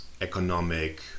economic